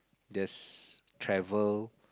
just travel